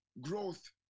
growth